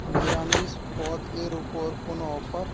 নিরামিষ পদের ওপর কোনো অফার